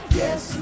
yes